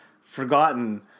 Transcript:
forgotten